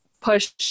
push